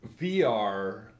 VR